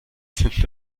sind